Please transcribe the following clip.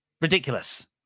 Ridiculous